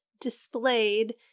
displayed